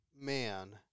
man